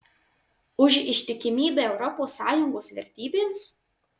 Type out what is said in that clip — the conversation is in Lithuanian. už ištikimybę europos sąjungos vertybėms